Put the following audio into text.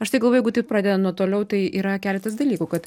aš tai galvoju jeigu taip pradedant nuo toliau tai yra keletas dalykų kad